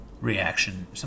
reaction